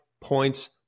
points